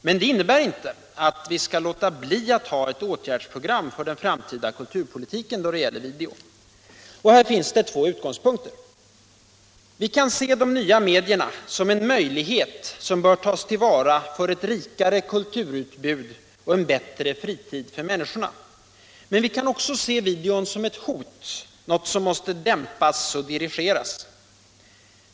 Men detta innebär inte att vi skall låta bli att ha ett åtgärdsprogram för den framtida kulturpolitiken då det gäller video. Här finns det två utgångspunkter: Vi kan se de nya medierna som en möjlighet som bör tas till vara för ett rikare kulturutbud och en bättre fritid för människorna. Men vi kan också se video som ett hot, något som måste dämpas och dirigeras.